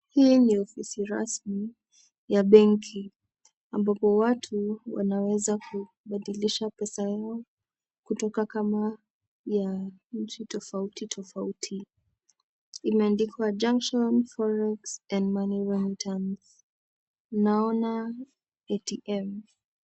Hii ni ofisi rasmi ya benki ambapo watu wanaweza kubadilisha pesa zao kutoka kama ya nchi tofauti tofauti. Imeandikwaa Junction forex and money remittance. Ninaona ATM.